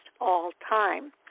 all-time